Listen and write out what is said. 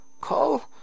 Call